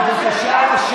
חברת הכנסת, בבקשה.